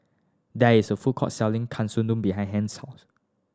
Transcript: there is a food court selling Katsudon behind Hence